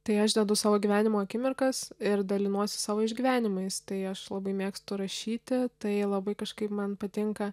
tai aš dedu savo gyvenimo akimirkas ir dalinuosi savo išgyvenimais tai aš labai mėgstu rašyti tai labai kažkaip man patinka